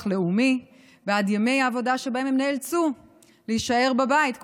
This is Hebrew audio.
לאומי בעד ימי העבודה שבהם הם נאלצו להישאר בבית,